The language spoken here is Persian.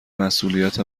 مسئولیت